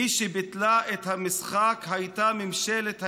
מי שביטלה את המשחק הייתה ממשלת הימין,